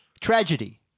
tragedy